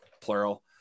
plural